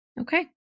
Okay